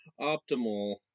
optimal